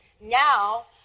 Now